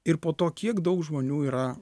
ir po to kiek daug žmonių yra